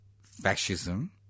fascism